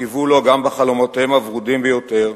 קיוו לו גם בחלומותיהם הוורודים ביותר,